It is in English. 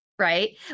Right